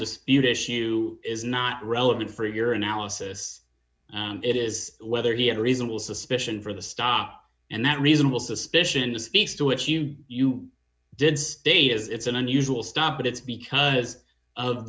dispute issue is not relevant for your analysis it is whether he had a reasonable suspicion for the stop and that reasonable suspicion speaks to a few you did state as it's an unusual stop but it's because of